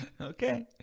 Okay